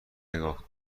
نگاه